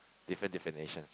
different definitions